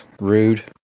Rude